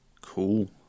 Cool